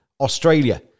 Australia